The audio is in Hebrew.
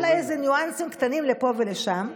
אולי עם איזה ניואנסים קטנים לפה ולשם.